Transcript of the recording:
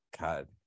God